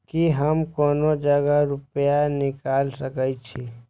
की हम कोनो जगह रूपया निकाल सके छी?